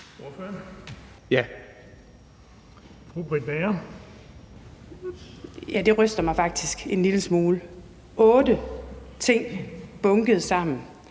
Bager. Kl. 11:36 Britt Bager (KF): Ja, det ryster mig faktisk en lille smule. Otte ting er bunket sammen,